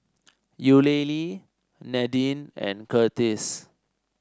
Eulalie Nadine and Curtis